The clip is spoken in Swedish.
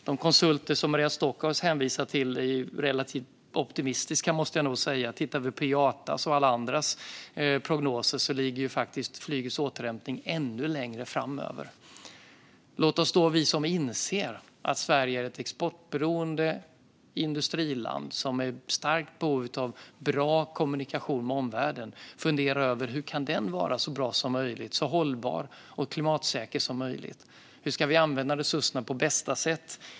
De konsulter som Maria Stockhaus hänvisar till är relativt optimistiska, måste jag säga; tittar vi på IATA:s och alla andras prognoser ser vi att flygets återhämtning faktiskt ligger ännu längre fram. Låt då oss som inser att Sverige är ett exportberoende industriland som är i starkt behov av bra kommunikationer med omvärlden fundera över hur de kan vara så bra som möjligt - så hållbara och klimatsäkra som möjligt. Hur ska vi använda resurserna på bästa sätt?